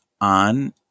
on